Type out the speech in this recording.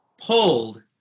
pulled